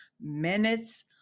minutes